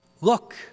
Look